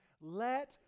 let